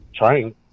trying